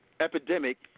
Epidemic